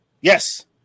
Yes